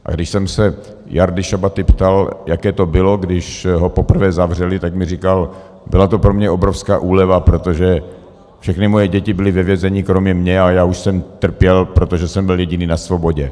A když jsem se Jardy Šabaty ptal, jaké to bylo, když ho poprvé zavřeli, tak mi říkal: Byla to pro mě obrovská úleva, protože všechny moje děti byly ve vězení kromě mě a já už jsem trpěl, protože jsem byl jediný na svobodě.